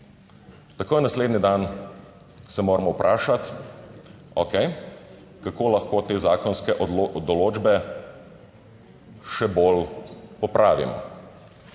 takoj naslednji dan se moramo vprašati, okej, kako lahko te zakonske določbe še bolj popravimo.